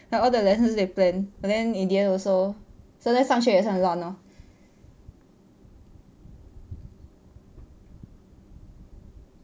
like all the lessons they plan and then in the end also so now 上学也是很难 lor